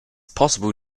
possible